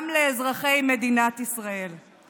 גם לאזרחי מדינת ישראל.